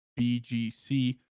BGC